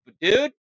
dude